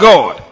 God